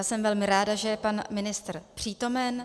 Jsem velmi ráda, že je pan ministr přítomen.